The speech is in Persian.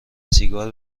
سیگار